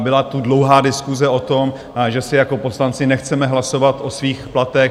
Byla tu dlouhá diskuse o tom, že si jako poslanci nechceme hlasovat o svých platech.